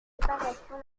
réparation